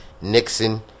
Nixon